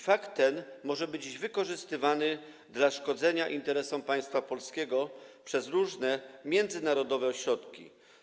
Fakt ten może być dziś wykorzystywany do szkodzenia interesom państwa polskiego przez różne międzynarodowe ośrodki.